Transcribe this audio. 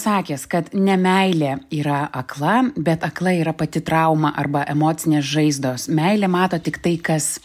sakęs kad ne meilė yra akla bet akla yra pati trauma arba emocinės žaizdos meilė mato tik tai kas